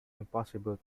impossible